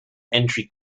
entry